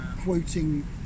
quoting